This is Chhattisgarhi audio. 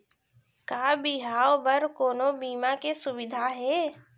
का बिहाव बर कोनो बीमा के सुविधा हे?